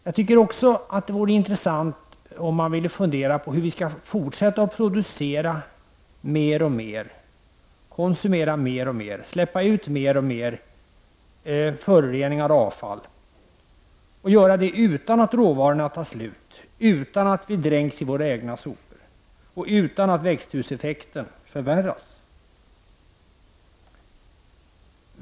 Jag tycker att det vore intressant om man funderade på hur vi skall kunna fortsätta att producera mer och mer, konsumera mer och mer och släppa ut mer och mer föroreningar och avfall utan att råvarorna tar slut, utan att vi dränks i våra egna sopor och utan att växthuseffekten förvärras.